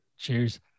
cheers